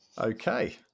Okay